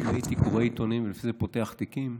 אם הייתי קורא עיתונים ולפי זה פותח תיקים,